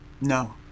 No